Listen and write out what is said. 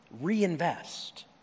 reinvest